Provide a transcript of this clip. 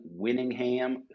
winningham